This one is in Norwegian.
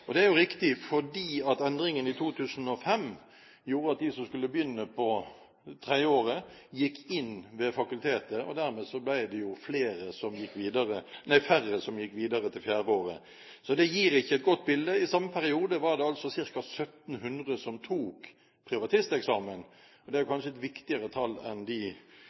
2008. Det er jo riktig, fordi endringene i 2005 gjorde at de som skulle begynne på tredje året, gikk inn ved fakultetet, og dermed ble det færre som gikk videre til fjerde året. Så det gir ikke et godt bilde. I samme periode var det altså ca. 1 700 som tok privatisteksamen. Det er kanskje et viktigere tall enn de